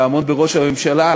יעמוד בראשות הממשלה,